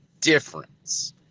difference